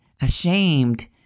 ashamed